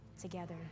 together